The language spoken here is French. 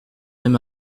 même